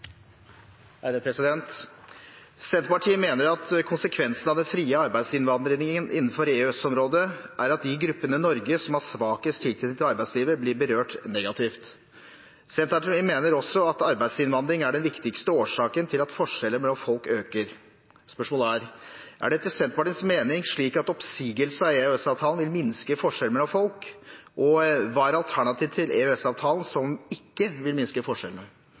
Senterpartiet mener at konsekvensene av den frie arbeidsinnvandringen innenfor EØS-området er at de gruppene i Norge som har svakest tilknytning til arbeidslivet, blir berørt negativt. Senterpartiet mener også at arbeidsinnvandring er den viktigste årsaken til at forskjellene mellom folk øker. Spørsmålet er: Er det etter Senterpartiets mening slik at oppsigelse av EØS-avtalen vil minske forskjellene mellom folk, og hva er alternativet til EØS-avtalen som ikke vil minske forskjellene?